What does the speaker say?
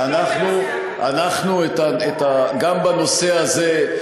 גם בנושא הזה,